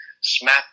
Smack